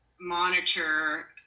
monitor